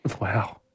Wow